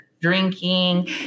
drinking